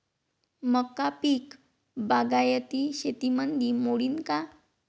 मका पीक बागायती शेतीमंदी मोडीन का?